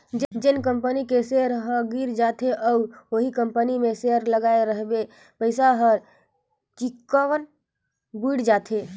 जेन कंपनी के सेयर ह गिर जाथे अउ उहीं कंपनी मे सेयर लगाय रहिबे पइसा हर चिक्कन बुइड़ जाथे